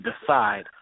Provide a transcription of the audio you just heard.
decide